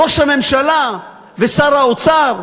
ראש הממשלה ושר האוצר,